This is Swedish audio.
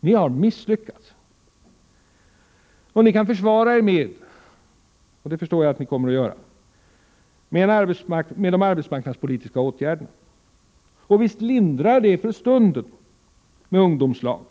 Ni har misslyckats. Ni kan försvara er — det förstår jag att ni kommer' att göra — med att peka på de arbetsmarknadspolitiska åtgärderna. Visst lindrar det för stunden med t.ex. ungdomslag.